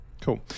Cool